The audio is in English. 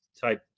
type